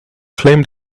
flame